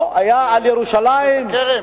לעין-כרם?